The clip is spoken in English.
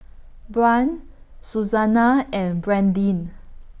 Brant Susannah and Brandyn